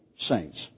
saints